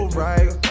right